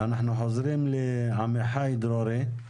אנחנו חוזרים לעמיחי דרורי,